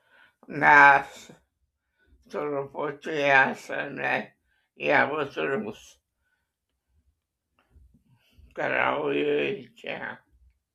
mes truputį esame jautrūs kraujui čia